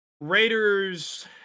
Raiders